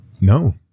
No